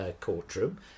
courtroom